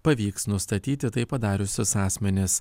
pavyks nustatyti tai padariusius asmenis